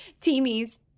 teamies